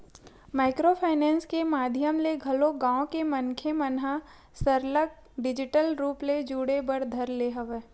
micro finance के माधियम ले घलो गाँव के मनखे मन ह सरलग डिजिटल रुप ले जुड़े बर धर ले हवय